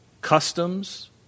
customs